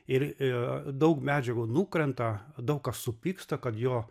ir daug medžiagų nukrenta daug kas supyksta kad jo